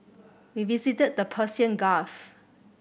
we visited the Persian Gulf